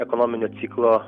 ekonominio ciklo